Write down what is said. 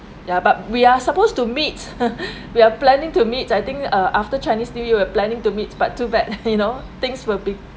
ya but we are supposed to meet we are planning to meet I think uh after chinese new year we're planning to meet but too bad you know things will be